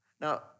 Now